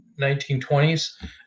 1920s